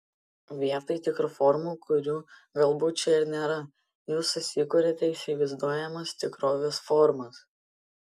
vietoj tikrų formų kurių galbūt čia ir nėra jūs susikuriate įsivaizduojamos tikrovės formas